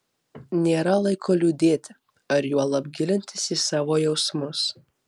nėra laiko liūdėti ar juolab gilintis į savo jausmus